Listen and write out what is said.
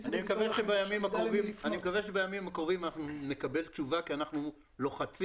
אני מקווה שבימים הקרובים אנחנו נקבל תשובה כי אנחנו לוחצים.